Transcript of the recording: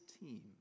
team